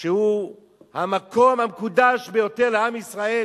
שהוא המקום המקודש ביותר לעם ישראל